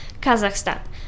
Kazakhstan